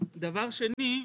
דבר שני,